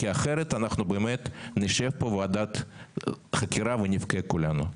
כי אחרת אנחנו באמת נשב פה ועדת חקירה ונבכה כולנו.